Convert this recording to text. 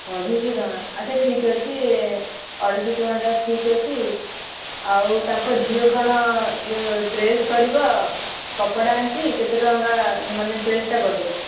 ଅଢ଼େଇଶହ ଟଙ୍କା ଆଚ୍ଛା ଠିକ୍ଅଛି ଅଢ଼େଇଶହ ଟଙ୍କାଟା ଠିକ୍ଅଛି ଆଉ ତାଙ୍କ ଝିଅ କ'ଣ ଯେଉଁ ଡ୍ରେସ କରିବ କପଡ଼ା ଆଣିକି କେତେ ଟଙ୍କା ମାନେ ଡ୍ରେସ ଟା କରିଦେବେ